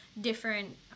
different